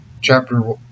Chapter